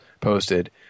posted